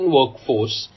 workforce